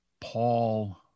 Paul